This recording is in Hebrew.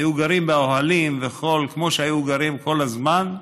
והיו גרים באוהלים וחול כמו שהיו גרים כל הזמן.